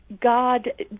god